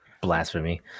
blasphemy